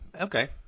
okay